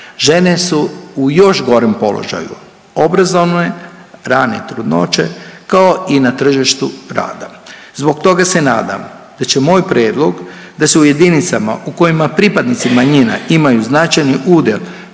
Žene su u još gorem položaju, obrazovne, rane trudnoće, kao i na tržištu rada. Zbog toga se nadam da će moj prijedlog da se u jedinicama u kojima pripadnici manjina imaju značajni udjel,